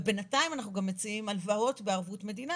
ובנתיים אנחנו גם מציעים הלוואות בערבות מדינה,